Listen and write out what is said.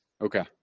Okay